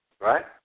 Right